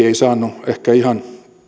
ei saanut ehkä ihan